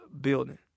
building